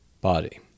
body